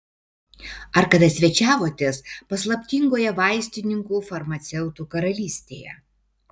ar kada svečiavotės paslaptingoje vaistininkų farmaceutų karalystėje